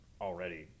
already